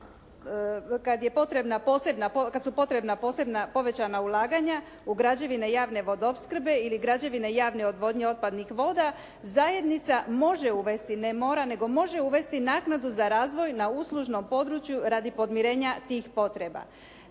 kada su potrebna posebna povećana ulaganja u građevine javne vodoopskrbe ili građevine javne odvodnje otpadnih voda zajednica može uvesti, ne mora nego može uvesti naknadu za razvoj na uslužnom području radi podmirenja tih potreba.